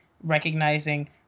recognizing